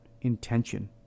intention